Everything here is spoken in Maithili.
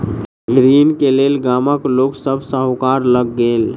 ऋण के लेल गामक लोक सभ साहूकार लग गेल